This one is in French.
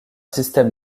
système